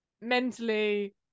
mentally